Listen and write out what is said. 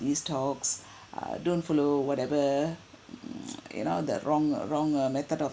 these talks uh don't follow whatever mm you know the wrong uh wrong uh method of